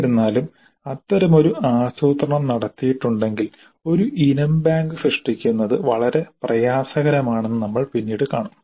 എന്നിരുന്നാലും അത്തരമൊരു ആസൂത്രണം നടത്തിയിട്ടുണ്ടെങ്കിൽ ഒരു ഇനം ബാങ്ക് സൃഷ്ടിക്കുന്നത് വളരെ പ്രയാസകരമാണെന്ന് നമ്മൾ പിന്നീട് കാണും